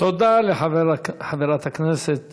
תודה לחברת הכנסת